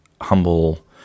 humble